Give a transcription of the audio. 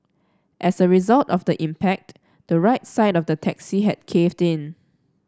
as a result of the impact the right side of the taxi had caved in